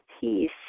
peace